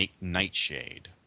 Nightshade